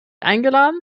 eingeladen